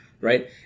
Right